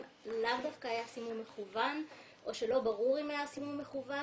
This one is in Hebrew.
לאו דווקא היה סימום מכוון או שלא ברור אם היה סימום מכוון.